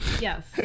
yes